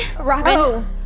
Robin